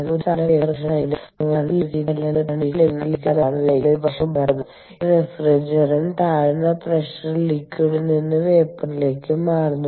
അതിനാൽ ഒരു സാധാരണ വേപ്പർ കംപ്രഷൻ സൈക്കിളിൽ നിങ്ങൾക്ക് തണുപ്പ് ലഭിക്കുന്ന രീതി അല്ലെങ്കിൽ നിങ്ങൾക്ക് തണുപ്പിക്കൽ ലഭിക്കുന്ന സ്ഥലമാണ് അവയുടെ സൈക്കിളിൽ ഇവാപറേഷൻ ഉപകരണം ഉള്ളത് അവിടെ റഫ്രിജറന്റ് താഴ്ന്ന പ്രഷറിൽ ലിക്വിഡ് നിന്ന് വേപറിലേക്ക് മാറുന്നു